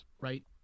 right